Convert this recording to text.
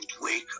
wake